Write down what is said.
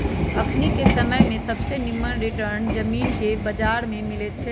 अखनिके समय में सबसे निम्मन रिटर्न जामिनके बजार में मिलइ छै